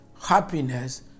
happiness